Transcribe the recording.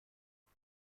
بهش